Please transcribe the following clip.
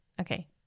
Okay